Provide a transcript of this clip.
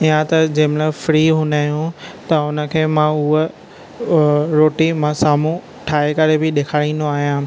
या त जंहिं महिल फ़्री हूंदा आहियूं त उन खे मां हूअ रोटी मां साम्हूं ठाहे करे बि ॾेखारींदो आहियां